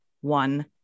one